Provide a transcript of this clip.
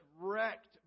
wrecked